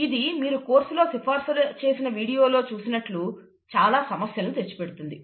ఇది మీరు కోర్సులో సిఫార్సు చేసిన వీడియోలో చూసినట్లు చాలా సమస్యలను తెచ్చిపెడుతుంది